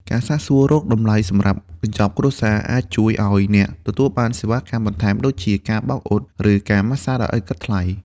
ការសាកសួររកតម្លៃសម្រាប់ "កញ្ចប់គ្រួសារ"អាចជួយឱ្យអ្នកទទួលបានសេវាកម្មបន្ថែមដូចជា ការបោកអ៊ុត ឬការម៉ាស្សាដោយឥតគិតថ្លៃ។